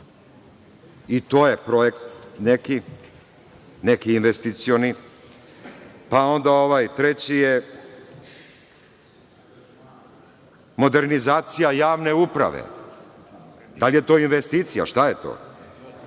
i to je neki projekt, neki investicioni. Onda, ovaj treći je modernizacija javne uprave. Da li je to investicija, šta je to?